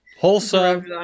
Wholesome